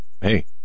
hey